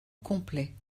complet